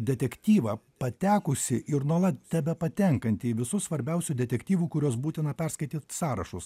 detektyvą patekusį ir nuolat tebepatenkantį į visų svarbiausių detektyvų kuriuos būtina perskaityt sąrašus